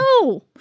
No